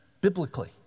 biblically